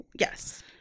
yes